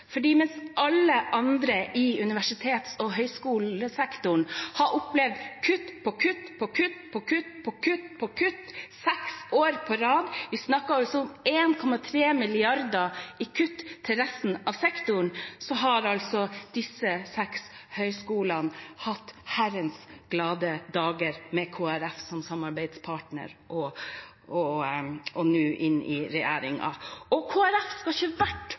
alle andre i universitets- og høyskolesektoren har opplevd kutt på kutt på kutt på kutt på kutt på kutt seks år på rad – vi snakker om 1,3 mrd. kr i kutt for resten av sektoren – så har altså disse seks høyskolene levd herrens glade dager med Kristelig Folkeparti som samarbeidspartner og nå i regjering. Kristelig Folkeparti skal ikke